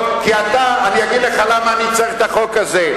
אני אגיד לך מה אני צריך את החוק הזה,